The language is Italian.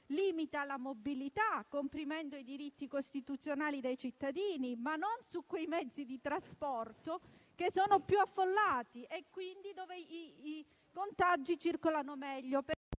limita la mobilità, comprimendo i diritti costituzionali dei cittadini, ma non sui mezzi di trasporto più affollati, dove i contagi circolano meglio,